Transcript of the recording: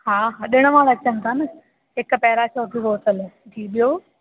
हा ॾिणु वार अचनि था न हिकु पहिरां जो ॿियो